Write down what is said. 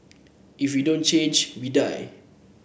if we don't change we die